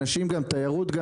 גם תיירות,